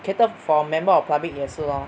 cater for member of public 也是 lor